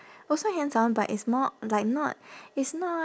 also hands on but it's more like not it's not